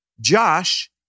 Josh